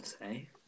say